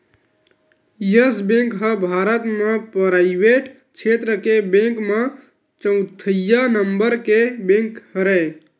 yes bank ह भारत म private छेत्र के बेंक म चउथइया नंबर के बेंक हरय